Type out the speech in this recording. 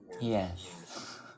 yes